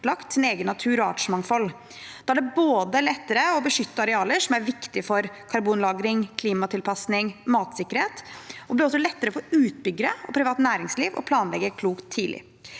egen natur og artsmangfold tilstrekkelig. Da er det lettere å beskytte arealer som er viktige for karbonlagring, klimatilpasning og matsikkerhet, og det blir også lettere for utbyggere og privat næringsliv å planlegge klokt tidlig.